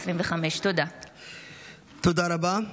תודה רבה.